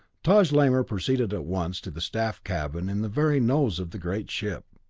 taj lamor proceeded at once to the staff cabin in the very nose of the great ship.